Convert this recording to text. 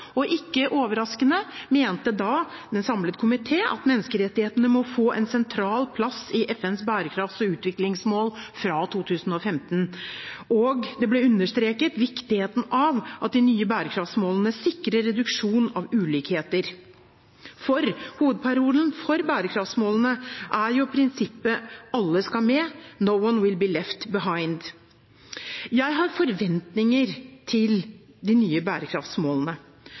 Ikke overraskende mente da en samlet komité at «menneskerettighetene må få en sentral plass i FNs bærekrafts- og utviklingsmål fra 2015». Og viktigheten av at de nye bærekraftsmålene sikrer reduksjon av ulikheter, ble understreket, for hovedparolen for bærekraftsmålene er jo prinsippet: Alle skal med – «no one will be left behind». Jeg har forventninger til de nye bærekraftsmålene.